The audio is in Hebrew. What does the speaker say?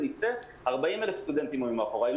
40,000 סטודנטים היו מאחוריי.